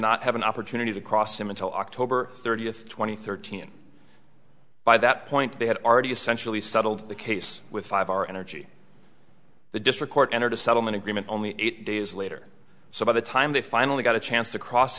not have an opportunity to cross him until october thirtieth two thousand and thirteen by that point they had already essentially settled the case with five hour energy the district court entered a settlement agreement only eight days later so by the time they finally got a chance to cross